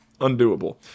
undoable